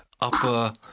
upper